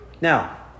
Now